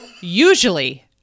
usually